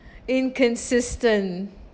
inconsistent